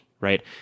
right